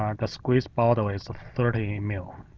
um the squeeze bottle is thirty mil.